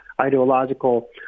ideological